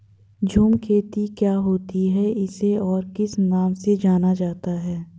झूम खेती क्या होती है इसे और किस नाम से जाना जाता है?